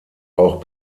auch